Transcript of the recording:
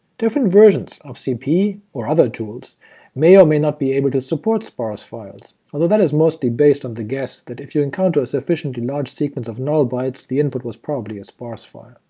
different versions of cp one or other tools may or may not be able to support sparse files, although that is mostly based on the guess that if you encounter a sufficiently large sequence of null bytes the input was probably a sparse file.